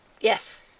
Yes